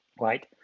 right